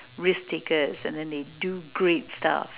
risk takers and then they do great stuff